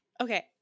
Okay